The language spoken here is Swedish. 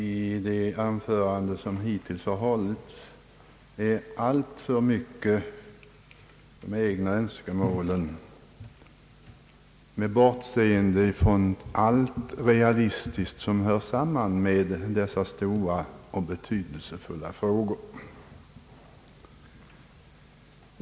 I de anföranden som hittills har hållits synes mig de egna önskemålen ha kommit till uttryck i alltför hög grad. Man har därvid bortsett från vad som realistiskt hör samman med den stora och betydelsefulla fråga som vi nu behandlar.